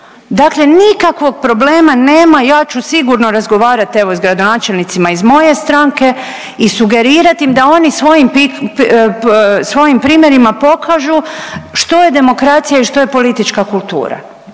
Dakle, nikakvog problema nema ja ću sigurno razgovarat evo i s gradonačelnicima iz moje stranke i sugerirat im da oni svojim primjerima pokažu što je demokracija i što je politička kultura.